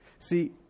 See